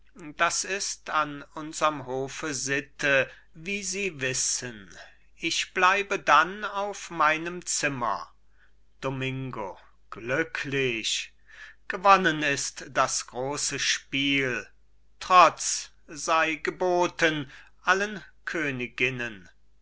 das ist an unserm hofe sitte wie sie wissen ich bleibe dann auf meinem zimmer domingo glücklich gewonnen ist das große spiel trotz sei geboten allen königinnen